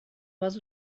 was